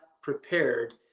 prepared